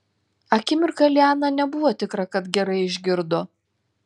akimirką liana nebuvo tikra kad gerai išgirdo